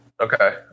Okay